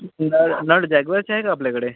नळ नळ जॅग्वारचे आहे का आपल्याकडे